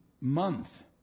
month